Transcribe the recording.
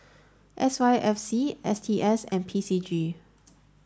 S Y F C S T S and P C G